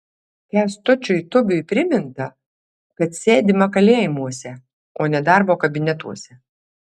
kęstučiui tubiui priminta kad sėdima kalėjimuose o ne darbo kabinetuose